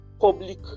public